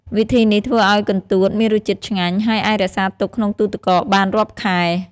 វិធីនេះធ្វើឱ្យកន្ទួតមានរសជាតិឆ្ងាញ់ ហើយអាចរក្សាទុកក្នុងទូទឹកកកបានរាប់ខែ។